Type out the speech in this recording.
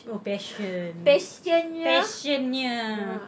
oh patient patientnya